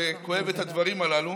וכואב את הדברים הללו